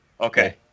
Okay